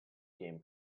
game